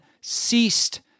ceased